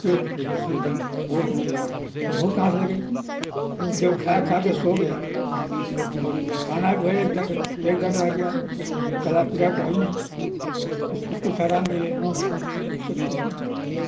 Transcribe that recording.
پیٹ پوجے سوجن بھوک نہیں لگ رہی بھوک کہاں سے لگے گی جب کھا کھا کے سو گیا اور کھانا جو ہے ایک طرف ایک طرف رہ گیا اس کو چلا پھرا تو ہی نہیں اس کو کچھ آرام ملے یہ سب چیزیں ہیں